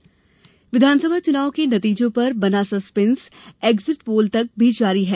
exit poll विधानसभा चुनाव के नतीजों पर बना सस्पेंस एक्जिट पोल तक भी जारी है